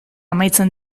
amaitzen